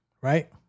right